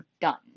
done